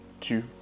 two